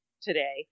today